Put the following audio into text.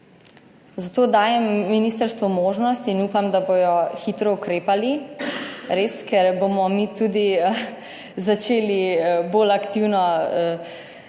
Zato dajem ministrstvu možnost in upam, da bodo res hitro ukrepali, ker bomo mi tudi začeli bolj aktivno